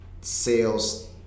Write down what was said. sales